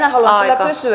minä haluan kysyä